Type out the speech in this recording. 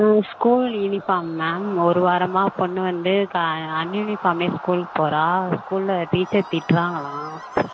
ஆ school uniform ma'am ஒரு வாரமாக பொண்ணு வந்து ஆ அன்யூனிஃபார்ம்ல ஸ்கூல்க்கு போகறா ஸ்கூலில் டீச்சர் திட்டுறாங்களாம்